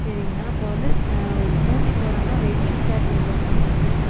சரிங்கண்ணா இப்போ வந்து ஊட்டி போகிறோன்னா வெயிட்டிங் சார்ஜ் எவ்ளோ போடுவீங்கள்